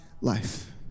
life